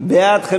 הוועדה, נתקבל.